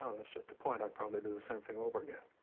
that's just the point. i'd probably do the same thing over again.